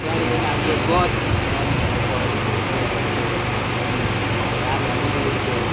त्यहाँदेखि अब यो गज भन्छ अब गज अब गजहरू यो पनि अब राजा उहिले उहिलेको